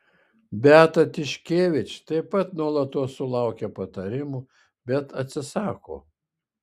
beata tiškevič taip pat nuolatos sulaukia patarimų bet atsisako